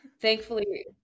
thankfully